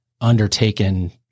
undertaken